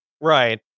right